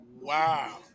wow